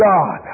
God